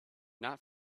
not